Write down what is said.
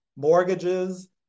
mortgages